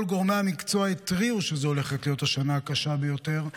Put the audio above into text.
כל גורמי המקצוע התריעו שזו הולכת להיות השנה הקשה ביותר,